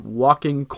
walking